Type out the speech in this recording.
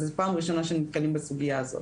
אז זו פעם ראשונה שאנחנו נתקלים בסוגיה הזאת.